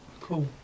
Cool